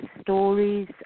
stories